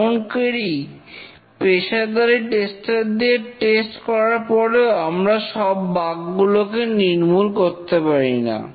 এমনকি পেশাদারী টেস্টার দিয়ে টেস্ট করার পরেও আমরা সব বাগগুলোকে নির্মূল করতে পারিনা